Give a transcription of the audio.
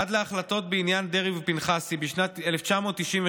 עד להחלטות בעניין דרעי ופנחסי בשנת 1993,